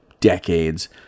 decades